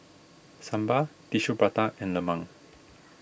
Sambal Tissue Prata and Lemang